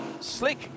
slick